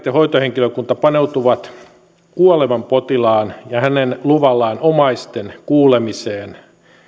ja hoitohenkilökunta paneutuvat kuolevan potilaan ja hänen luvallaan omaisten kuulemiseen